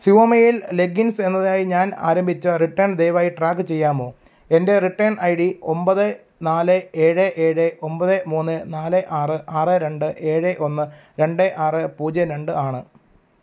ശിവമേയിൽ leggings എന്നതിനായി ഞാൻ ആരംഭിച്ച റിട്ടേൺ ദയവായി ട്രാക്ക് ചെയ്യാമോ എൻ്റെ റിട്ടേൺ ഐ ഡി ഒമ്പത് നാല് ഏഴ് ഏഴ് ഒമ്പത് മൂന്ന് നാല് ആറ് ആറ് രണ്ട് ഏഴ് ഒന്ന് രണ്ട് ആറ് പൂജ്യം രണ്ട് ആണ്